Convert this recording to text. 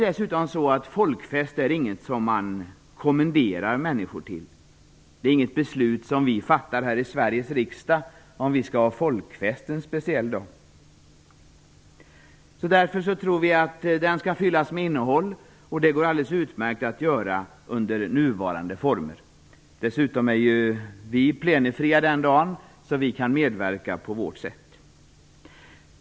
Dessutom är en folkfest inget som man kommenderar människor till. Det är inget beslut som vi fattar här i Sveriges riksdag att vi skall ha folkfest en speciell dag. Vi anser att dagen skall fyllas med innehåll, och det går alldeles utmärkt att göra under nuvarande former. Dessutom är riksdagen plenifri den dagen, så vi kan medverka på vårt sätt.